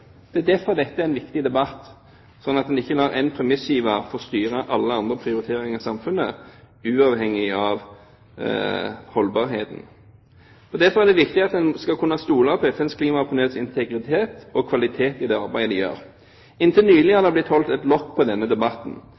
Det er derfor dette er en viktig debatt, slik at en ikke lar én premissgiver få styre alle andre prioriteringer i samfunnet uavhengig av holdbarheten. Derfor er det viktig at en skal kunne stole på FNs klimapanels integritet og kvalitet i det arbeidet de gjør. Inntil nylig har det blitt holdt lokk på denne debatten